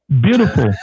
beautiful